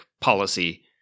policy